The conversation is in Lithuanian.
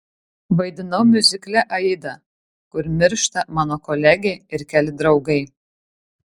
vaidinau miuzikle aida kur miršta mano kolegė ir keli draugai